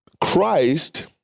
Christ